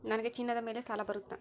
ನನಗೆ ಚಿನ್ನದ ಮೇಲೆ ಸಾಲ ಬರುತ್ತಾ?